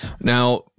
Now